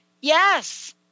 Yes